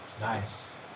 Nice